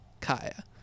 kaya